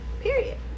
Period